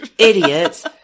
idiots